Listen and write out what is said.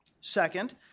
Second